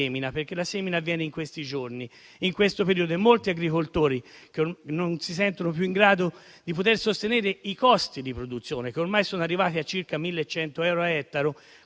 perché la semina avviene in questo periodo. Molti agricoltori non si sentono più in grado di sostenere i costi di produzione, che ormai sono arrivati a circa 1.100 euro a ettaro,